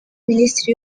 minisiteri